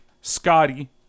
Scotty